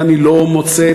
ואני לא מוצא,